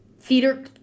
theater